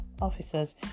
officers